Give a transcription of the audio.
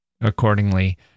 Accordingly